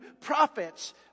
prophets